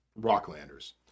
rocklanders